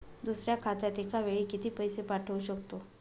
दुसऱ्या खात्यात एका वेळी किती पैसे पाठवू शकतो?